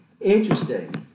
Interesting